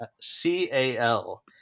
C-A-L